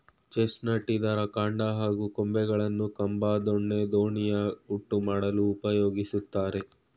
chestnut ಇದ್ರ ಕಾಂಡ ಹಾಗೂ ಕೊಂಬೆಗಳನ್ನು ಕಂಬ ದೊಣ್ಣೆ ದೋಣಿಯ ಹುಟ್ಟು ಮಾಡಲು ಉಪಯೋಗಿಸ್ತಾರೆ